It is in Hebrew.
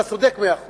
אתה צודק מאה אחוז.